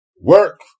work